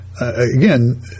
again